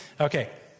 Okay